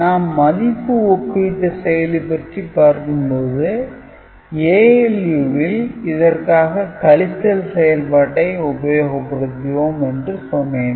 நாம் மதிப்பு ஒப்பீட்டு செயலி பற்றி பார்க்கும்போது ALU ல் இதற்காக கழித்தல் செயல்பாட்டை உபயோகப்படுத்துவோம் என்று சொன்னேன்